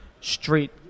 street